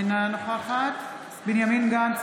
אינה נוכחת בנימין גנץ,